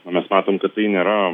na mes matom kad tai nėra